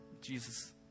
Jesus